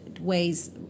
ways